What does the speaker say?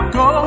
go